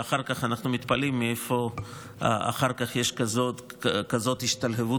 שאחר אחר כך אנחנו מתפלאים מאיפה יש כזאת השתלהבות